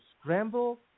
scramble